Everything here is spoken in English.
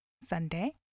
Sunday